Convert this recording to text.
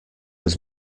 was